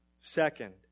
Second